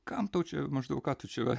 kam tau čia maždaug ką tu čia